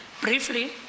Briefly